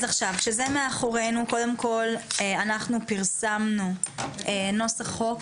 כשזה מאחורינו, פרסמנו נוסח חוק